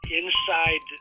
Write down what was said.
inside